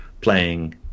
playing